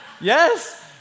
Yes